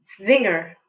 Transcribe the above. zinger